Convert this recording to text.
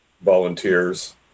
volunteers